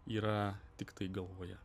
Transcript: yra tiktai galvoje